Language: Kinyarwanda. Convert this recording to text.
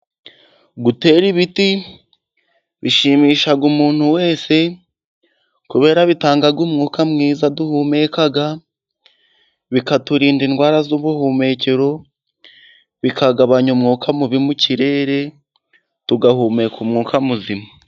Gutera ibiti bishimisha umuntu wese. Kubera bitanga umwuka mwiza duhumeka. Bikaturinda indwara z'ubuhumekero bikagabanya umwuka mubi mu kirere ,tugahumeka umwuka muzima.